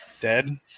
dead